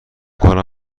کنم